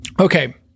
Okay